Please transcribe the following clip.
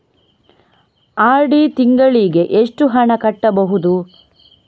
RD ತಿಂಗಳಿಗೆ ಎಷ್ಟು ಹಣ ಕಟ್ಟಬಹುದು?